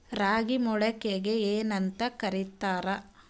ರಾಗಿ ಮೊಳಕೆಗೆ ಏನ್ಯಾಂತ ಕರಿತಾರ?